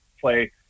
play